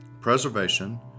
preservation